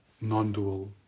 non-dual